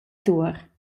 tuor